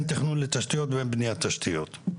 אין תכנון לתשתיות ואין בניית תשתיות.